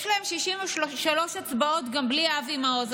יש להם 63 אצבעות גם בלי אבי מעוז.